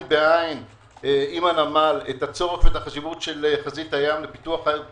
בעין את הצורך ואת החשיבות של חזית הים לפיתוח העיר כולה.